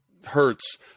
Hurts